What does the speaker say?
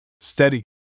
Steady